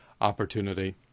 opportunity